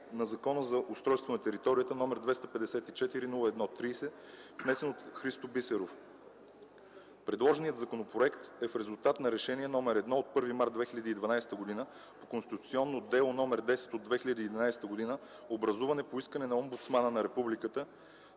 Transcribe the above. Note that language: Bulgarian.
на Закона за устройство на територията, № 254-01-30, внесен от Христо Бисеров. Предложеният законопроект е в резултат на Решение № 1 от 1 март 2012 г. по Конституционно дело № 10 от 2011 г., образувано по искане на Омбудсмана на Републиката,